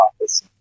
office